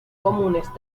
comunes